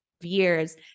years